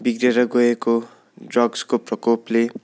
बिग्रेर गएको ड्रग्सको प्रकोपले